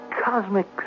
cosmic